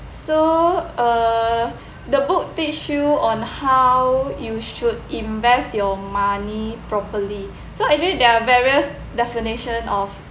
so uh the book teach on how you should invest your money properly so actually there are various definition of